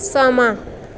ਸਮਾਂ